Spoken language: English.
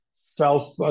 self